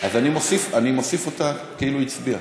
אז אני מוסיף אותה כאילו היא הצביעה.